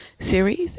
series